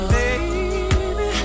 baby